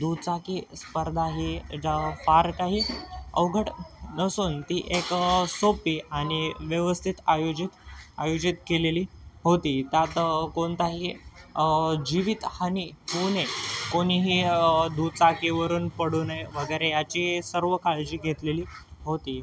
दुचाकी स्पर्धा ही ज्या फार काही अवघड नसून ती एक सोपी आणि व्यवस्थित आयोजित आयोजित केलेली होती त्यात कोणताही जीवितहानी होऊ नये कोणीही दुचाकीवरून पडू नये वगैरे याची सर्व काळजी घेतलेली होती